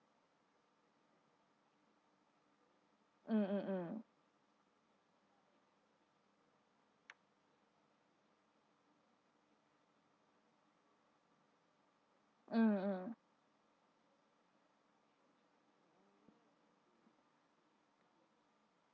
mm mm mm mm mm